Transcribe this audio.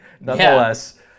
nonetheless